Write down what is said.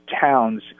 towns